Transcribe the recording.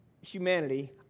humanity